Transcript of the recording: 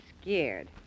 scared